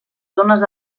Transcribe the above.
zones